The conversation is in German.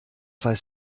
weiß